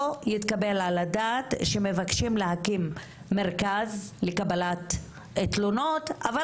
לא יתקבל על הדעת שמבקשים להקים מרכז לקבלת תלונות אבל